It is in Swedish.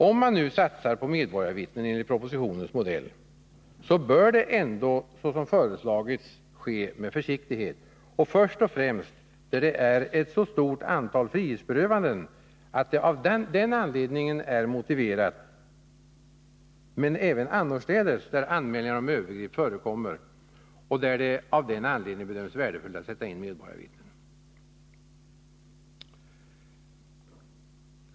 Om man nu satsar på medborgarvittnen enligt propositionens modell bör det ändå, såsom Polisens uppgifter, föreslagits, ske med försiktighet. Först och främst bör satsningen ske där det utbildning och är ett så stort antal frihetsberövanden att det av den anledningen är motiverat organisation men även annorstädes, där anmälningar om övergrepp förekommer och där m.m. det av det skälet bedöms värdefullt att sätta in medborgarvittnen.